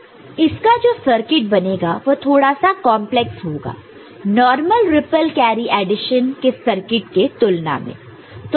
इसका जो सर्किट बनेगा वह थोड़ा सा कॉन्प्लेक्स होगा नॉर्मल रिप्पल कैरी एडिशन के सर्किट के तुलना में